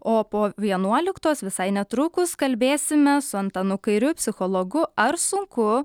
o po vienuoliktos visai netrukus kalbėsime su antanu kairiu psichologu ar sunku